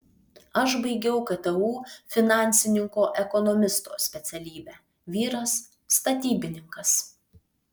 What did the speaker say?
aš baigiau ktu finansininko ekonomisto specialybę vyras statybininkas